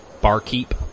barkeep